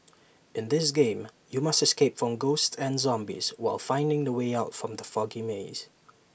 in this game you must escape from ghosts and zombies while finding the way out from the foggy maze